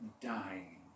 dying